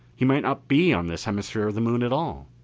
he might not be on this hemisphere of the moon at all.